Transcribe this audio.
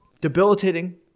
debilitating